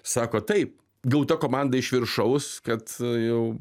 sako taip gauta komanda iš viršaus kad jau